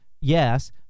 yes